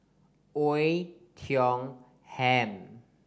Oei Tiong Ham